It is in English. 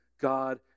God